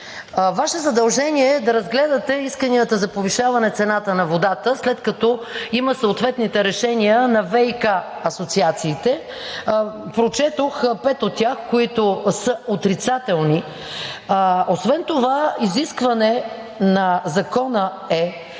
Ваше задължение е да разгледате исканията за повишаване цената на водата, след като има съответните решения на ВиК асоциациите. Прочетох пет от тях, които са отрицателни. Освен това изискване на Закона е